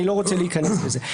אני לא רוצה להיכנס לזה.